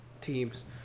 teams